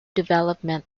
development